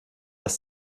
das